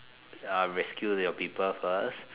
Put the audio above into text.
uh rescue your people first